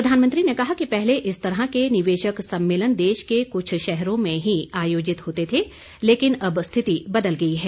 प्रधानमंत्री ने कहा कि पहले इस तरह के निवेशक सम्मेलन देश के क्छ शहरों मे ही आयोजित होते थे लेकिन अब स्थिति बदल गई है